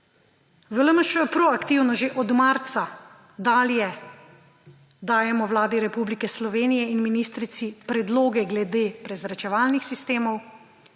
V LMŠ proaktivno že od marca dalje dajemo Vladi Republike Slovenije in ministrici predloge glede prezračevalnih sistemov,